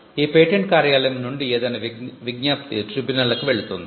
ఈ పేటెంట్ కార్యాలయం నుండి ఏదైనా విజ్ఞప్తి ట్రిబ్యునళ్లకు వెళుతుంది